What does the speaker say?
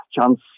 chance